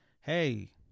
hey